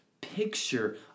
picture